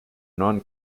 non